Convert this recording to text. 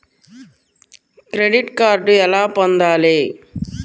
Credit card ఎలా పొందాలి?